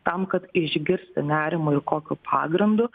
tam kad išgirsti nerimą ir kokiu pagrindu